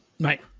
right